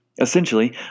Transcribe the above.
Essentially